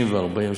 ה-30, ה-40.